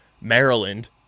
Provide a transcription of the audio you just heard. Maryland